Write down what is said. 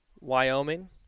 Wyoming